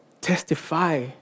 testify